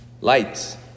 lights